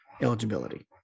eligibility